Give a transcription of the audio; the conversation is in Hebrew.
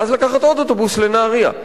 ואז לקחת עוד אוטובוס לנהרייה.